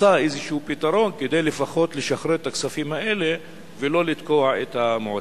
מצאה איזה פתרון כדי לפחות לשחרר את הכספים האלה ולא לתקוע את המועצה.